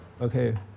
Okay